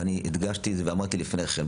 אני הדגשתי את זה ואמרתי לפני כן,